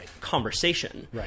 conversation